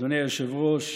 אדוני היושב-ראש,